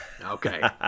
Okay